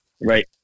Right